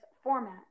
format